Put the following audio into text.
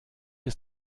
ist